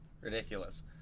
ridiculous